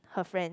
her friend